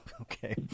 Okay